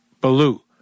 Baloo